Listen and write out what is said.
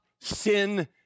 sin